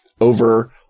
over